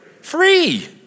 free